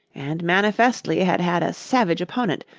and manifestly had had a savage opponent,